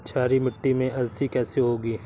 क्षारीय मिट्टी में अलसी कैसे होगी?